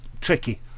tricky